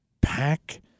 pack